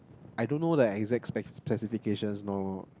I don't know the exact spe~ specifications nor